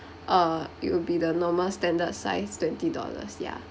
uh it will be the normal standard size twenty dollars ya